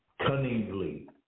cunningly